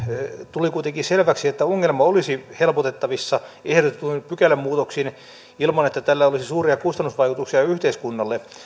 tuli kuitenkin selväksi että ongelma olisi helpotettavissa ehdotetuin pykälämuutoksin ilman että tällä olisi suuria kustannusvaikutuksia yhteiskunnalle